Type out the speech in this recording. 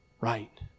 right